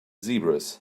zebras